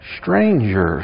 strangers